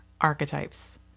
archetypes